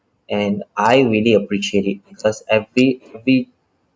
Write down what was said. and I really appreciate it because every every